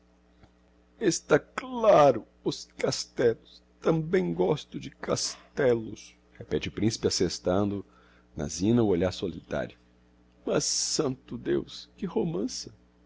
c laro os castéllos tambem gosto de cas tellos repete o principe assestando na zina o olho solitario mas santo deus que romança